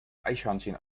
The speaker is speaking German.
eichhörnchen